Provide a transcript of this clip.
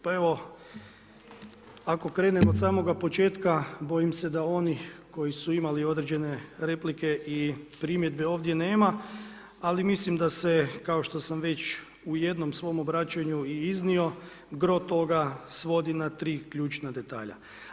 Pa evo, ako krenem od samoga početka, bojim se da oni koji su imali određene replike i primjedbe ovdje nema, ali mislim da se kao što sa već u jednom svoj obraćanju iznio gro toga svodi na tri ključna detalja.